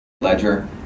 Ledger